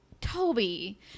Toby